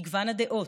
מגוון הדעות,